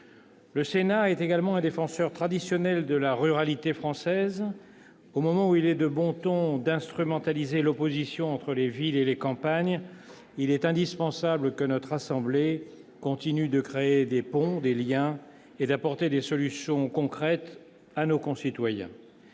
Le Sénat est également un défenseur traditionnel de la ruralité française. Au moment où il est de bon ton d'instrumentaliser l'opposition entre les villes et les campagnes, il est indispensable que notre assemblée continue de créer des ponts, des liens, et d'apporter des solutions concrètes à nos concitoyens.